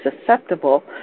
susceptible